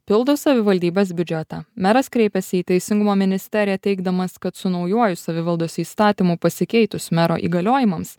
pildo savivaldybės biudžetą meras kreipiasi į teisingumo ministeriją teigdamas kad su naujuoju savivaldos įstatymu pasikeitus mero įgaliojimams